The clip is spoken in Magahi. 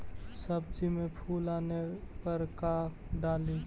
सब्जी मे फूल आने पर का डाली?